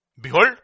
behold